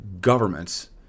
governments